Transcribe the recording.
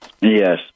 Yes